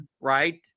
Right